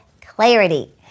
clarity